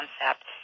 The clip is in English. concept